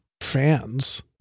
fans